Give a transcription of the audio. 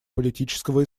политического